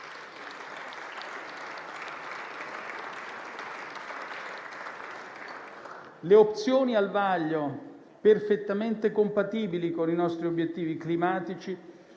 Le opzioni al vaglio, perfettamente compatibili con i nostri obiettivi climatici,